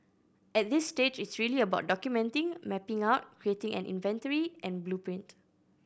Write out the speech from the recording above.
at this stage it's really about documenting mapping out creating an inventory and blueprint